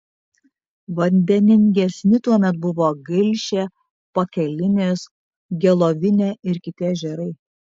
vandeningesni tuomet buvo gilšė pakelinis gelovinė ir kiti ežerai